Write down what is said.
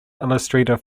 illustrator